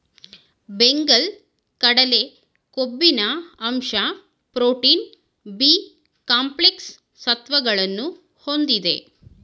ಬೆಂಗಲ್ ಕಡಲೆ ಕೊಬ್ಬಿನ ಅಂಶ ಪ್ರೋಟೀನ್, ಬಿ ಕಾಂಪ್ಲೆಕ್ಸ್ ಸತ್ವಗಳನ್ನು ಹೊಂದಿದೆ